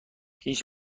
هیچ